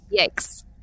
Yikes